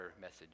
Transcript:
message